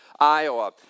Iowa